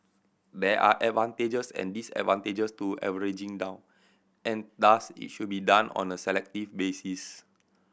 there are advantages and disadvantages to averaging down and thus it should be done on a selective basis